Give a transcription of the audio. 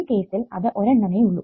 ഈ കേസിൽ അത് ഒരെണ്ണമേ ഉള്ളൂ